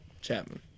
Chapman